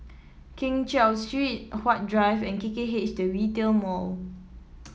Keng Cheow Street Huat Drive and K K H The Retail Mall